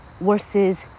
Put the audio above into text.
versus